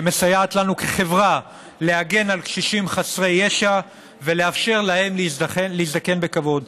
שמסייעת לנו כחברה להגן על קשישים חסרי ישע ולאפשר להם להזדקן בכבוד.